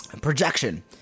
Projection